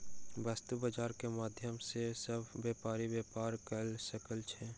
वस्तु बजार के माध्यम सॅ सभ व्यापारी व्यापार कय सकै छै